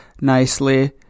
nicely